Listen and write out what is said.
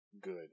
Good